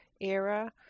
era